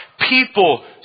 People